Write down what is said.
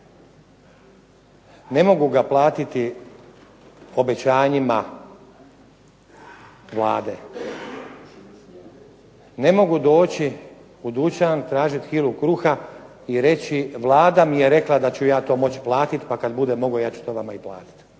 Ne mogu ga platiti obećanjima Vlade. Ne mogu doći u dućan, tražiti kilu kruga i reći Vlada mi je rekla da ću ja to moći platiti pa kad budem mogao ja ću to vama i platiti.